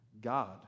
God